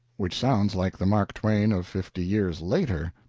which sounds like the mark twain of fifty years later.